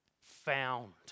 found